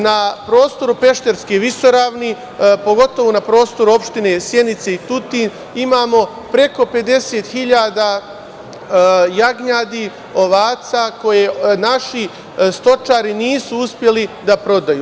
Na prostoru Pešterske visoravni, pogotovo na prostoru opština Sjenice i Tutin imamo preko 50.000 jagnjadi, ovaca, koje naši stočari nisu uspeli da prodaju.